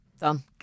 Done